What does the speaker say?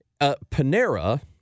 Panera